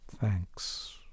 Thanks